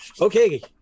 Okay